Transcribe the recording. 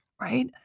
right